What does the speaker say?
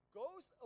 goes